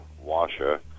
washer